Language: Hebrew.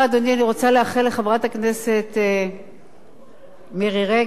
אני רוצה לאחל לחברת כנסת מירי רגב,